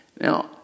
Now